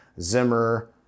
Zimmer